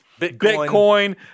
Bitcoin